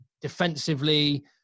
defensively